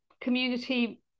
community